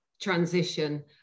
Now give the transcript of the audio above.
transition